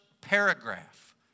paragraph